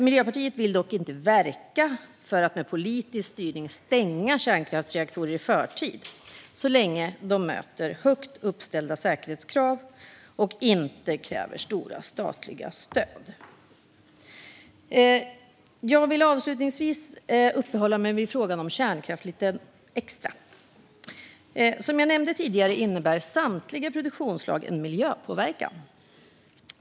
Miljöpartiet vill dock inte verka för att med politisk styrning stänga kärnkraftsreaktorer i förtid, så länge de möter högt uppställda säkerhetskrav och inte kräver stora statliga stöd. Jag vill avslutningsvis uppehålla mig lite extra vid frågan om kärnkraft. Som jag nämnde tidigare innebär samtliga produktionsslag en miljöpåverkan.